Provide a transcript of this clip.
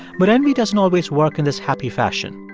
but envy doesn't always work in this happy fashion.